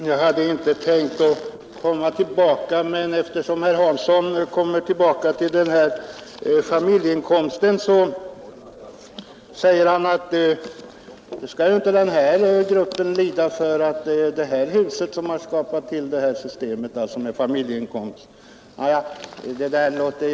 Herr talman! Jag hade inte tänkt begära ordet igen, men jag måste göra det eftersom herr Hansson i Skegrie kommer tillbaka till den här familjeinkomsten. Han säger att det skall inte den här gruppen lida för eftersom det är här i huset som systemet med familjeinkomst har skapats.